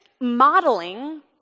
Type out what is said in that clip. modeling